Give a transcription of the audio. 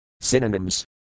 Synonyms